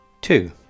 Two